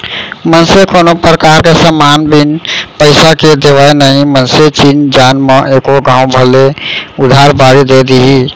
मनसे कोनो परकार के समान बिन पइसा के देवय नई मनसे चिन जान म एको घौं भले उधार बाड़ी दे दिही